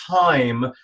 time